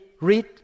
read